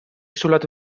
zulatu